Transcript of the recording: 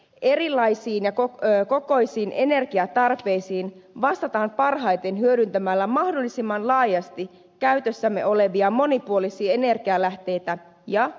erilaisiin ja erikokoisiin energiatarpeisiin vastataan parhaiten hyödyntämällä mahdollisimman laajasti käytössämme olevia monipuolisia energialähteitä ja tuotantotapoja